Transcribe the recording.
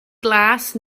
glas